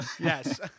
Yes